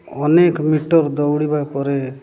ଅନେକ ମିଟର୍ ଦୌଡ଼ିବା ପରେ